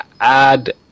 add